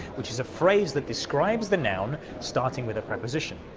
which is a phrase that describes the noun, starting with a preposition.